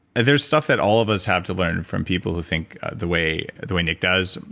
there's stuff that all of us have to learn from people who think the way the way nick does.